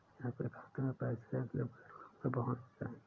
आपके खाते में पैसे अगले पैरोल में पहुँच जाएंगे